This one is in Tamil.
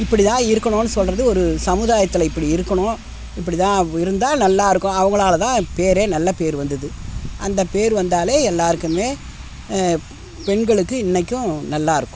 இப்படி தான் இருக்கணும் சொல்கிறது ஒரு சமுதாயத்தில் இப்படி இருக்கணும் இப்படி தான் இருந்தால் நல்லா இருக்கும் அவங்களாலதான் பேரே நல்ல பேரு வந்தது அந்த பேரு வந்தாலே எல்லாருக்குமே பெண்களுக்கு இன்றைக்கும் நல்லா இருக்கும்